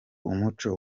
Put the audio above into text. umuco